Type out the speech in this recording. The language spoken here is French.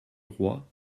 roi